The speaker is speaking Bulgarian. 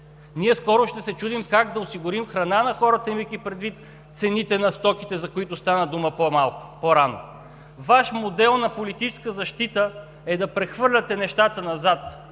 Скоро ще се чудим как да осигурим храна на хората, имайки предвид цените на стоките, за които стана дума по-рано. Ваш модел на политическа защита е да прехвърляте нещата назад